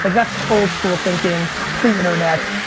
like that's old school thinking, pre internet.